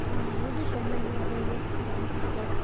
हा हू बि फ़ैमिली वारो ई आहे जामु सुठो आहे